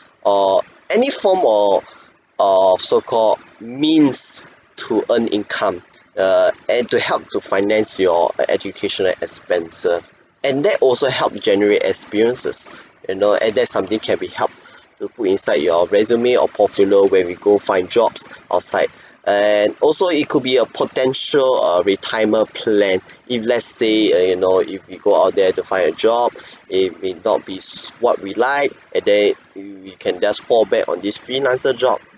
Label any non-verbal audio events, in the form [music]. or any form of of so-called means to earn income [breath] err and to help to finance your education and expenses and that also help generate experiences [breath] you know and that's something can be helped to put inside your resume or portfolio when we go find jobs outside [breath] and also it could be a potential uh retirement plan if let's say uh you know if you go out there to find a job [breath] it may not be what we like and then we we can just fall back on this freelancer job